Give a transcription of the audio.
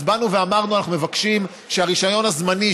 אז באנו ואמרנו שאנחנו מבקשים שהרישיון הזמני,